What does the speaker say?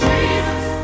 Jesus